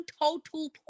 total